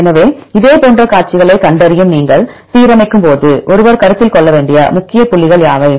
எனவே இதேபோன்ற வரிசைகளைக் கண்டறியும்போது நீங்கள் சீரமைக்கும்போது ஒருவர் கருத்தில் கொள்ள வேண்டிய முக்கிய புள்ளிகள் யாவை